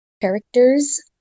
characters